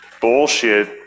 bullshit